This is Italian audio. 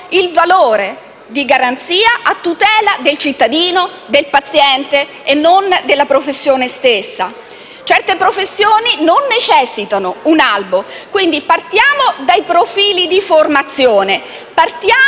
il valore di garanzia a tutela del cittadino, del paziente, e non della professione stessa. Certe professioni non necessitano di un albo. Partiamo quindi dai profili di formazione;